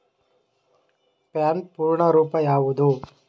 PAN ಪೂರ್ಣ ರೂಪ ಯಾವುದು?